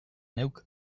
neuk